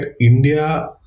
India